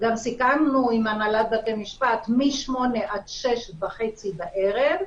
גם סיכמנו עם הנהלת בתי המשפט מ-08:00 עד 18:30 בערב.